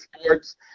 sports